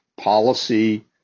policy